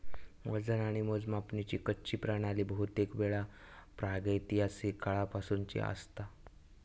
वजन आणि मोजमापाची कच्ची प्रणाली बहुतेकवेळा प्रागैतिहासिक काळापासूनची असता